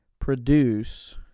produce